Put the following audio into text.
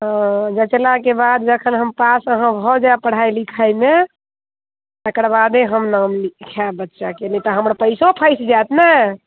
ओ जँचलाके बाद जखन हम पास अहाँ भऽ जायब पढ़ाइ लिखाइमे तेकर बादे हम नाम लिखायब बच्चाके नहि तऽ हमर पैसो फँसि जायत ने